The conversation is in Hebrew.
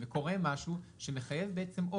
שמחייב עוד.